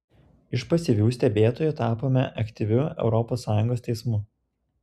iš pasyvių stebėtojų tapome aktyviu europos sąjungos teismu